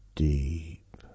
Deep